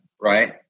right